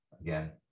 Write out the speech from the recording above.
again